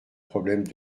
problème